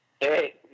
Hey